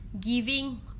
giving